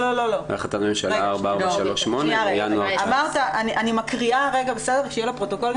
החלטת ממשלה 4438 מינואר 2019. אני מקריאה כדי שיהיה לפרוטוקול,